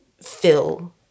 fill